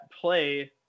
play